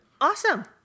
Awesome